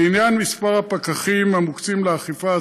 לעניין מספר הפקחים המוקצים לאכיפה,